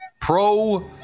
pro